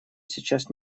сейчас